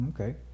Okay